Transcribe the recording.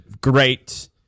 great